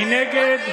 מנגד,